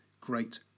great